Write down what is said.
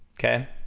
okay?